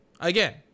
Again